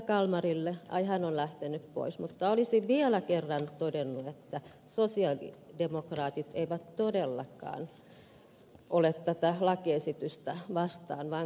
kalmarille ai hän on lähtenyt pois olisin vielä kerran todennut että sosialidemokraatit eivät todellakaan ole tätä lakiesitystä vastaan vaan kannattavat sitä